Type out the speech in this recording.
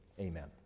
Amen